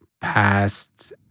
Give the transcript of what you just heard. past